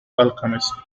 alchemist